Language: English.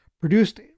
Produced